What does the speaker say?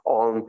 on